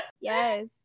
yes